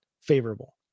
favorable